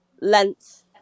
length